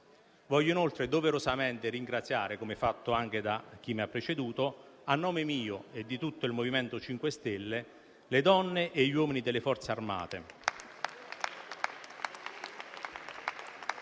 Voglio inoltre doverosamente ringraziare, come fatto anche da chi mi ha preceduto, a nome mio e di tutto il MoVimento 5 Stelle, le donne e gli uomini delle Forze armate